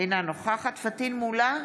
אינה נוכחת פטין מולא,